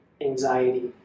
anxiety